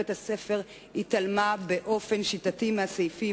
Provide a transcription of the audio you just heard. בית-הספר התעלמה באופן שיטתי מהסעיפים,